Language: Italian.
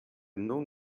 non